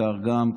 בעיקר גם,